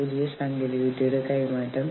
അതിനാൽ ഇങ്ങനെയുള്ള ഭീഷണികൾ ഉണ്ട്